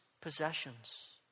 possessions